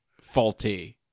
faulty